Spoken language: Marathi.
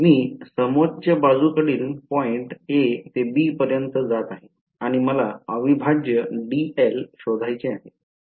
तर मी समोच्च बाजूकडील पॉईंट a ते b पर्यंत जात आहे आणि मला अविभाज्य dl शोधायचे आहे